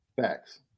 Facts